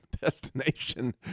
destination